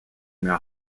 mehr